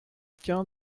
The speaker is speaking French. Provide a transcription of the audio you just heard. qu’un